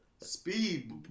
speed